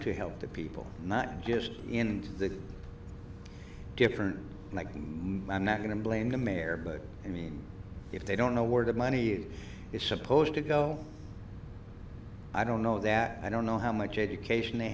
to help the people not just in the different i'm not going to blame the mayor but i mean if they don't know where the money is supposed to go i don't know that i don't know how much education they